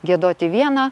giedoti vieną